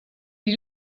gli